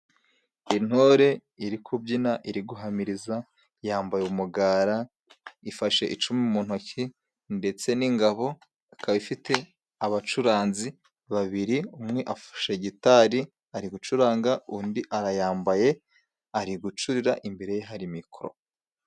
Intore iri kubyina ,iri guhamiriza yambaye umugara, ifashe icumu mu ntoki ,ndetse n'ingabo ikaba ifite abacuranzi babiri, umwe afashe gitari ari gucuranga undi arayambaye ari gucurira imbere ye hari mikoro.